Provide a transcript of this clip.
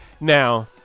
now